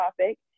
topic